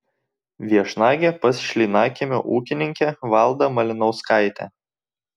viešnagė pas šlynakiemio ūkininkę valdą malinauskaitę